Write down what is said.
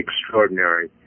extraordinary